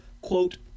quote